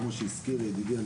כמו שהזכיר ידידי,